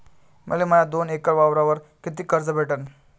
मले माया दोन एकर वावरावर कितीक कर्ज भेटन?